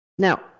Now